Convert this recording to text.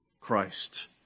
Christ